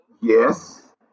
Yes